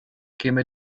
käme